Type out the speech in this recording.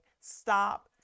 stop